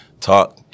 talk